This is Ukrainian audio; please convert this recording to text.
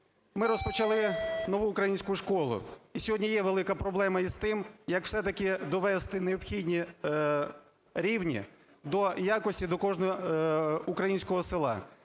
Ми розпочали нову українську школу, і сьогодні є велика проблема з тим, як все-таки довести необхідні рівні до… якості до кожного українського села.